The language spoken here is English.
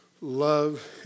love